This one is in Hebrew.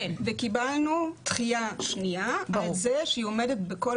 וקיבלנו דחייה שנייה על זה שהיא עומדת בכל